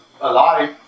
alive